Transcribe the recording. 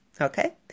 Okay